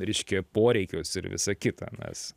reiškia poreikius ir visa kita nes